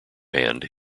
hand